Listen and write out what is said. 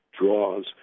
draws